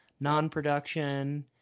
non-production